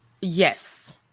Yes